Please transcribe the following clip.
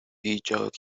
ایجاد